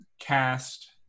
cast